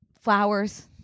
Flowers